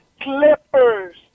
clippers